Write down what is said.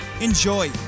Enjoy